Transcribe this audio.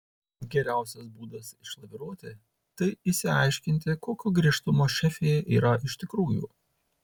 geriausias būdas išlaviruoti tai išsiaiškinti kokio griežtumo šefė yra iš tikrųjų